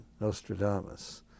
Nostradamus